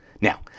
Now